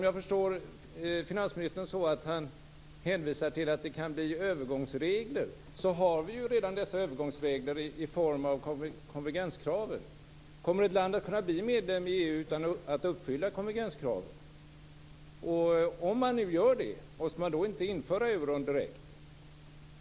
Jag förstår finansministern så, att han hänvisar till att det kan bli övergångsregler. Vi har redan dessa övergångsregler i form av konvergenskraven. Kommer ett land att kunna bli medlem i EU utan att uppfylla konvergenskraven? Måste man inte, om man nu uppfyller kraven, införa euron direkt?